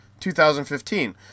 2015